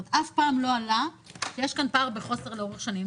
כלומר אף פעם לא עלה שיש כאן פער וחוסר לאורך שנים,